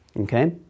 Okay